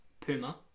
Puma